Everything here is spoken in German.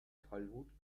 tollwut